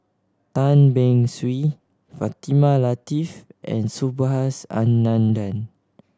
Tan Beng Swee Fatimah Lateef and Subhas Anandan